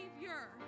Savior